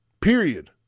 Period